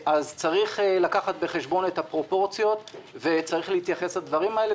אז צריך לקחת בחשבון את הפרופורציות וצריך להתייחס לדברים האלה.